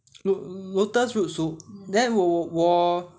lot~ lotus root soup then 我我我